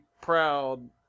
proud